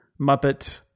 Muppet